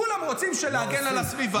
כולם רוצים להגן על הסביבה.